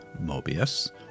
Mobius